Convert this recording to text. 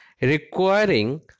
requiring